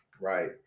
right